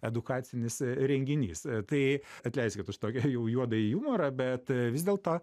edukacinis renginys tai atleiskit už tokį jau juodąjį jumorą bet vis dėlto